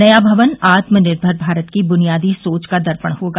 नया भवन आत्मनिर्भर भारत की बुनियादी सोच का दर्पण होगा